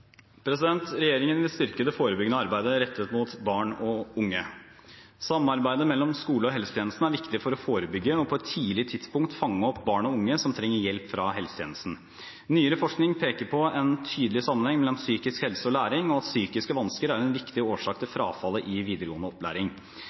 Regjeringen vil styrke det forebyggende arbeidet rettet mot barn og unge. Samarbeidet mellom skolen og helsetjenesten er viktig for å forebygge og på et tidlig tidspunkt fange opp barn og unge som trenger hjelp fra helsetjenesten. Nyere forskning peker på en tydelig sammenheng mellom psykisk helse og læring, og at psykiske vansker er en viktig årsak til